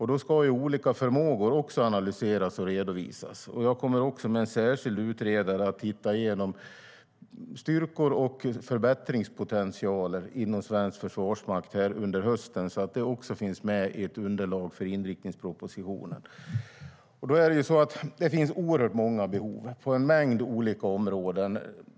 Då ska olika förmågor analyseras och redovisas. Jag kommer att med en särskild utredare titta igenom styrkor och förbättringspotential inom svensk försvarsmakt under hösten så att det också finns med i ett underlag för inriktningspropositionen. Det finns oerhört många behov på en mängd olika områden.